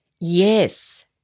yes